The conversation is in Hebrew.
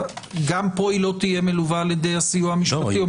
גם פה לא תהיה מלווה על ידי הסיוע המשפטי?